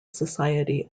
society